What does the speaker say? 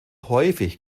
häufig